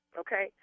okay